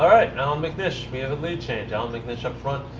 right. allan mcnish. we have a lead change. allan mcnish up front.